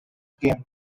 game